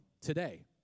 today